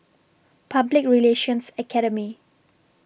Public Relations Academy